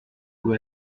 vous